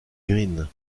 green